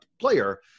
player